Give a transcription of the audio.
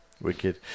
wicked